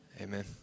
Amen